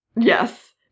Yes